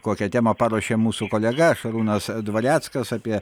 kokią temą paruošė mūsų kolega šarūnas dvareckas apie